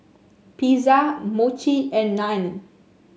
Pizza Mochi and Naan